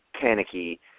panicky